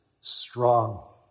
strong